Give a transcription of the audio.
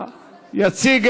אני נגד,